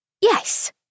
yes